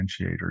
differentiator